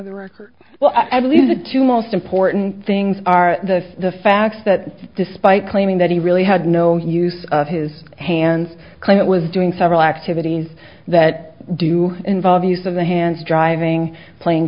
the record well i believe the two most important things are the facts that despite claiming that he really had no use of his hands clean it was doing several activities that do involve use of the hands driving playing